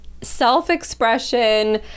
self-expression